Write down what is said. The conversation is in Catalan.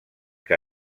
que